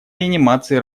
реанимации